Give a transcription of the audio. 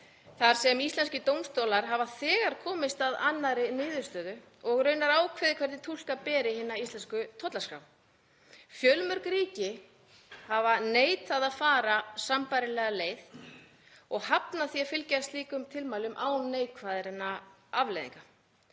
þar sem íslenskir dómstólar hafa þegar komist að annarri niðurstöðu og raunar ákveðið hvernig túlka beri hina íslensku tollskrá. Fjölmörg ríki hafa neitað að fara sambærilega leið og hafna því að fylgja slíkum tilmælum án neikvæðra afleiðinga.